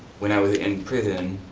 when i was in prison,